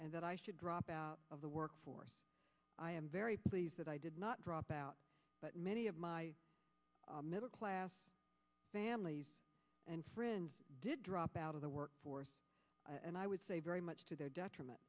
and that i should drop out of the workforce i am very pleased that i did not drop out but many of my middle class families and friends did drop out of the workforce and i would say very much to their detriment